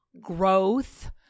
growth